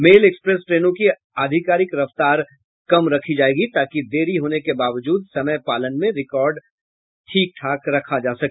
mail express ट्रेनों की आधिकारिक रफ्तार कम रखी जाएगी ताकि देरी होने के बावजूद समय पालन में रिकार्ड ठीक रखा जा सके